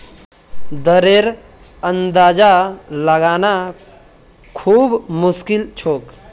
दरेर अंदाजा लगाना खूब मुश्किल छोक